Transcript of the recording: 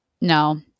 No